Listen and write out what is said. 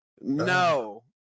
no